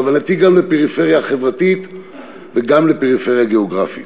כוונתי גם לפריפריה חברתית וגם לפריפריה גיאוגרפית.